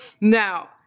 now